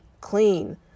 clean